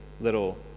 little